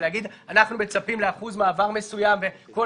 נגיד: אנחנו מצפים לאחוז מעבר מסוים וכל